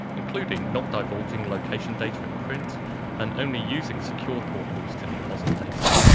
including not divulging location data in print and only using secure portals to deposit data.